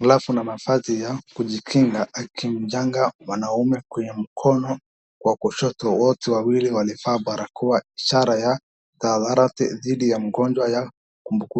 glavu na mavazi ya kujikinga akimdungwa mwanaume kwenye mkono wa kushoto. Wote wawili walivaa barakoa ishara ya tadhrari dhidi ya ugonjwa ya kuambikazana.